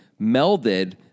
melded